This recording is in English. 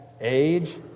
Age